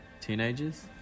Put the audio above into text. teenagers